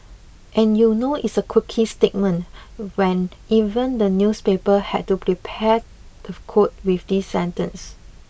and you know it's a quirky statement when even the newspaper had to prepare the quote with this sentence